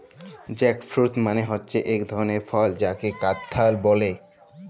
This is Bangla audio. জ্যাকফ্রুট মালে হচ্যে এক ধরলের ফল যাকে কাঁঠাল ব্যলে